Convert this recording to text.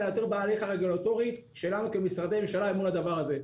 אלא יותר בהליך הרגולטורי שלנו כמשרדי ממשלה מול הדבר הזה.